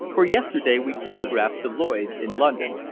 for yesterday we telegraphed to lloyd's, in london,